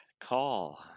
call